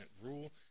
rule